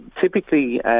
typically